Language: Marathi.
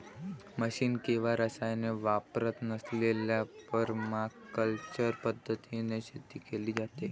मशिन किंवा रसायने वापरत नसलेल्या परमाकल्चर पद्धतीने शेती केली जाते